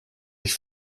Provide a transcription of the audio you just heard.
ich